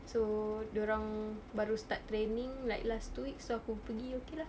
so dia orang baru start training like last two weeks so aku pergi okay lah